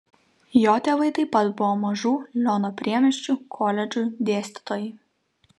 jo tėvai taip pat buvo mažų liono priemiesčių koledžų dėstytojai